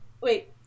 wait